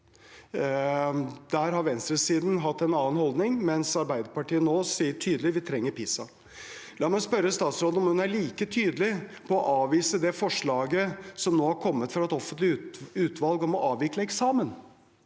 Der har venstresiden hatt en annen holdning, men Arbeiderpartiet sier nå tydelig at vi trenger PISA. La meg spørre statsråden om hun er like tydelig på å avvise det forslaget som nå har kommet fra et offentlig utvalg, om å avvikle eksamen.